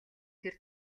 тэр